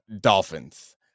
dolphins